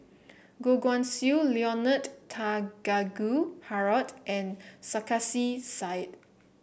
Goh Guan Siew Leonard Harrod and Sarkasi Said